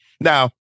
Now